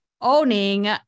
owning